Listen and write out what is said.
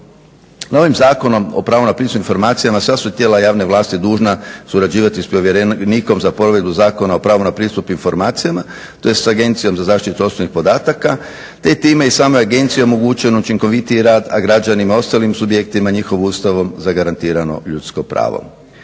Novim Zakonom o pravu na pristup informacijama sva su tijela javne vlasti dužna surađivati sa povjerenikom za provedbu Zakona o pravu na pristup informacijama, tj. sa Agencijom za zaštitu osobnih podataka, te je time i samoj Agenciji omogućen učinkovitiji rad, a građanima, ostalim subjektima njihov Ustavom zagarantirano ljudsko pravo.